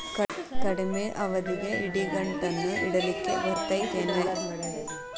ಕಡಮಿ ಅವಧಿಗೆ ಇಡಿಗಂಟನ್ನು ಇಡಲಿಕ್ಕೆ ಬರತೈತೇನ್ರೇ?